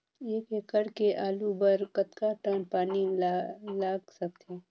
एक एकड़ के आलू बर कतका टन पानी लाग सकथे?